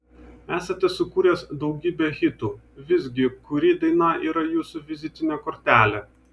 esate sukūręs daugybę hitų visgi kuri daina yra jūsų vizitinė kortelė